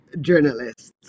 journalists